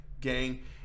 gang